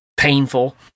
painful